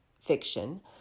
fiction